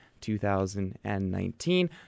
2019